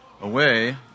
away